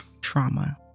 trauma